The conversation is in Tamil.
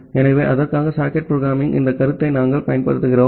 ஆகவே அதற்காக சாக்கெட் புரோக்ராம்மிங் இந்த கருத்தை நாங்கள் பயன்படுத்துகிறோம்